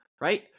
right